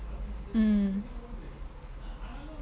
mm